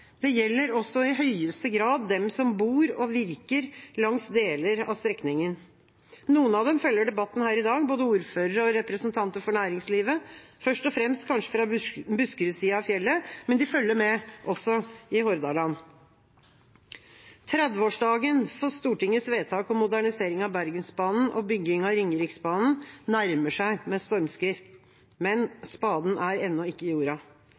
det gjelder også i høyeste grad dem som bor og virker langs deler av strekningen. Noen av dem følger debatten her i dag, både ordførere og representanter for næringslivet, først og fremst kanskje fra Buskerud-sida av fjellet, men de følger med også i Hordaland. 30-årsdagen for Stortingets vedtak om modernisering av Bergensbanen og bygging av Ringeriksbanen nærmer seg med stormskritt, men spaden er ennå ikke i